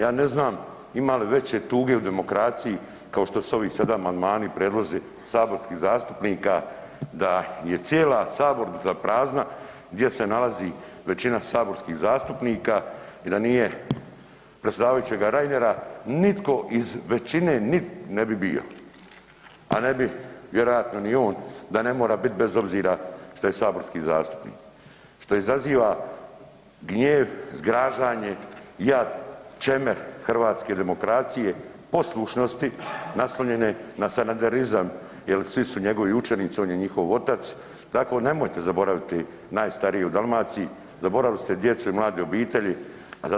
Ja ne znam ima li veće tuge u demokraciji kao što su ovi sad amandmani i prijedlozi saborskih zastupnika da je cijela sabornica prazna gdje se nalazi većina saborskih zastupnika i da nije predsjedavajućeg Reinera nitko iz većine ni ne bi bio, a ne bi vjerojatno ni on da ne mora biti bez obzira šta je saborski zastupnik što izaziva gnjev, zgražanje, jad, čemer hrvatske demokracije, poslušnosti naslonjene na sanaderizam jer svi su njegovi učenici, on je njihov otac, tako nemojte zaboraviti najstarije u Dalmacije, zaboravili ste djecu i mlade obitelji, a zato prihvatite ovaj amandman.